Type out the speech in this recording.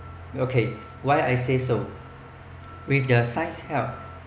okay why I say so with the science help